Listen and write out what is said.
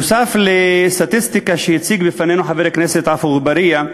נוסף על הסטטיסטיקה שהציג בפנינו חבר הכנסת עפו אגבאריה,